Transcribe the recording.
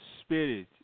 spirit